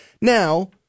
Now